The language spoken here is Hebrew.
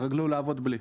התרגלו לעבוד בלי.